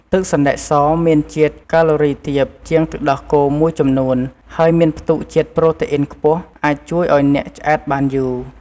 ទឹកសណ្តែកសមានជាតិកាឡូរីទាបជាងទឹកដោះគោមួយចំនួន ហើយមានផ្ទុកជាតិប្រូតេអុីនខ្ពស់អាចជួយឱ្យអ្នកឆ្អែតបានយូរ។